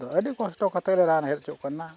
ᱟᱫᱚ ᱟᱹᱰᱤ ᱠᱚᱥᱴᱚ ᱠᱟᱛᱮᱞᱮ ᱨᱟᱱ ᱦᱚᱪᱚᱜ ᱠᱟᱱᱟ